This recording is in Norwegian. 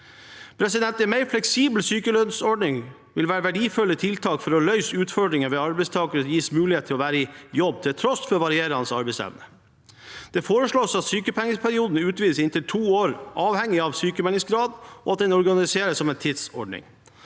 løsninger. En mer fleksibel sykelønnsordning vil være et verdifullt tiltak for å løse utfordringer ved at arbeidstakere gis mulighet til å være i jobb til tross for varierende arbeidsevne. Det foreslås at sykepengeperioden utvides i inntil to år avhengig av sykmeldingsgrad, og at den organiseres som en tidsordning.